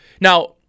Now